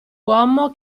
uomo